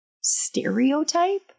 stereotype